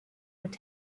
would